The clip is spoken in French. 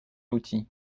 outil